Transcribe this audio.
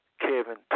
Kevin